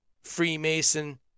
Freemason